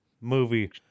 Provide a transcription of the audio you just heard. movie